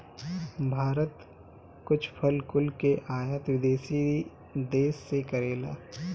भारत कुछ फल कुल के आयत विदेशी देस से करेला